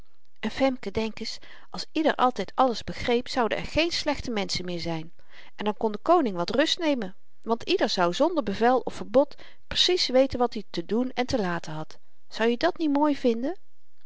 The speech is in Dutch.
en femke denk eens als ieder altyd alles begreep zouden er geen slechte menschen meer zyn en dan kon de koning wat rust nemen want ieder zou zonder bevel of verbod precies weten wat i te doen en te laten had zou je dat niet mooi vinden